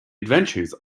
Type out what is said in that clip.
adventures